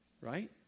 right